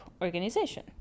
organization